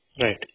Right